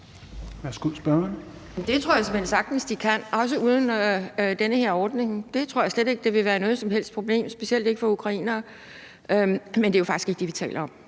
jeg såmænd sagtens de kan, også uden den her ordning. Det tror jeg slet ikke vil være noget som helst problem, specielt ikke for ukrainere. Men det er jo faktisk ikke det, vi taler om.